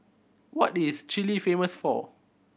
what is Chile famous for